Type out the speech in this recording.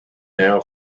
now